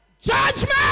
Judgment